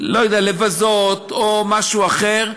לא יודע, לבזות, או משהו אחר,